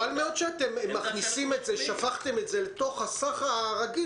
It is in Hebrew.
חבל מאוד שאתם שפכתם את זה אל תוך הסך הרגיל